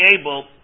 able